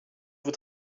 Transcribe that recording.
vous